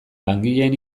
langileen